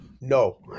No